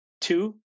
Two